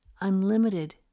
unlimited